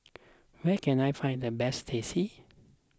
where can I find the best Teh C